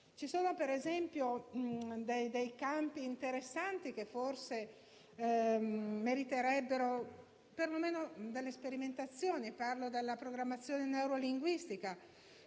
Ci sono per esempio dei campi interessanti che forse meriterebbero perlomeno delle sperimentazioni; parlo della programmazione neurolinguistica,